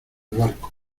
barco